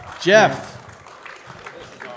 Jeff